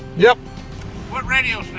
yep what radio